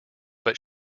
but